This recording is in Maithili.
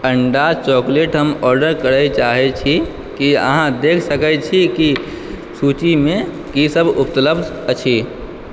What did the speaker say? अण्डा चॉकलेट हम ऑडर करए चाहै छी की अहाँ देख सकै छी कि सूचीमे की सब उपलब्ध अछि